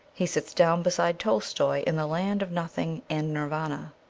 he sits down beside tolstoy in the land of nothing and nirvana.